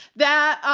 that ah,